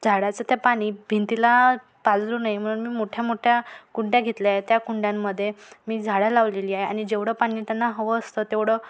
झाडाचं त्या पाणी भिंतीला पाझरू नाही म्हणून मी मोठ्या मोठ्या कुंड्या घेतल्या आहे त्या कुंड्यांमध्ये मी झाडं लावलेली आहे आणि जेवढं पाणी त्यांना हवं असतं तेवढं